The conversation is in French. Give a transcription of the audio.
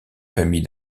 famille